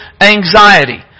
anxiety